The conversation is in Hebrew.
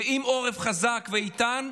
ואם העורף חזק ואיתן,